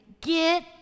get